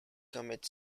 commit